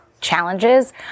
challenges